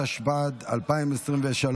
התשפ"ד 2023,